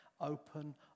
Open